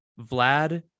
Vlad